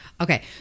Okay